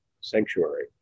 sanctuary